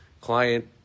client